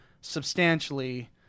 substantially